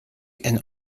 and